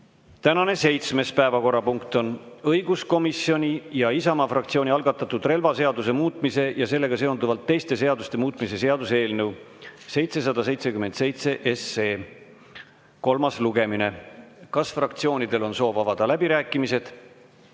Tänane seitsmes päevakorrapunkt on õiguskomisjoni ja Isamaa fraktsiooni algatatud relvaseaduse muutmise ja sellega seonduvalt teiste seaduste muutmise seaduse eelnõu 777 kolmas lugemine. Kas fraktsioonidel on soov avada läbirääkimised?